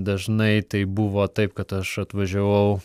dažnai tai buvo taip kad aš atvažiavau